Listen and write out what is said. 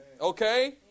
Okay